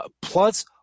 Plus